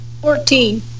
Fourteen